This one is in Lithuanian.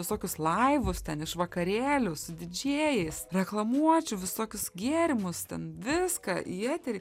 visokius laivus ten iš vakarėlių su didžėjais reklamuočiau visokius gėrimus ten viską į eterį